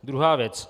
Druhá věc.